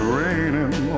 raining